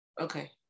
Okay